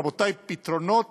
רבותי, פתרונות